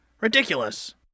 Ridiculous